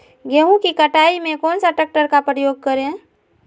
गेंहू की कटाई में कौन सा ट्रैक्टर का प्रयोग करें?